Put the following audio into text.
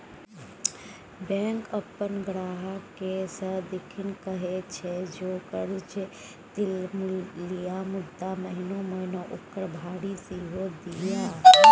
bank अपन ग्राहककेँ सदिखन कहैत छै जे कर्जा त लिअ मुदा महिना महिना ओकरा भरि सेहो दिअ